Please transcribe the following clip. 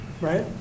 right